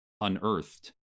unearthed